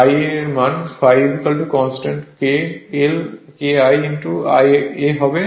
Ia মানে ∅ constant K1 Ia হবে